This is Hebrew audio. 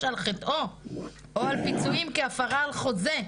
על חטאו או על פיצויים כהפרה על חוזה.